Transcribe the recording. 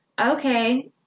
okay